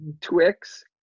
Twix